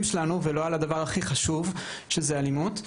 שלנו ולא על הדבר הכי חשוב שזה אלימות,